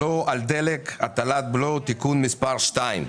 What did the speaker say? הצו השני הוא צו הבלו על דלק (הטלת בלו)(תיקון מס' 3),